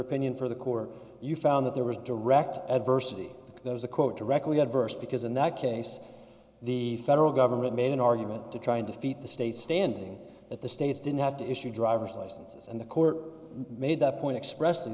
opinion for the court you found that there was direct adversity that was a quote directly adverse because in that case the federal government made an argument to try and defeat the state standing at the states didn't have to issue driver's licenses and the court made that point expressing